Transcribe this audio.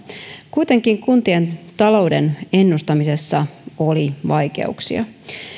kuitenkin kuntien talouden ennustamisessa oli vaikeuksia